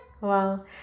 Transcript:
Wow